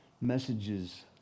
Messages